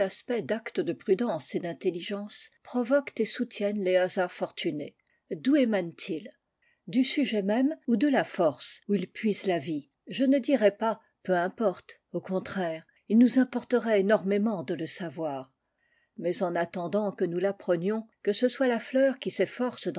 d'actes de prudence et d'intelligence provoquent et soutiennent les hasards fortunés d'où émanent ils du sujet même ou de la force où il puise la vie je ne dirai pas peu importe au contraire il nous importerait énormément de le savoir mais en attendant que nous rapprenions que ce soit la fleur qui s'efforce